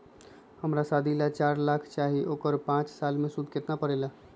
हमरा शादी ला चार लाख चाहि उकर पाँच साल मे सूद कितना परेला?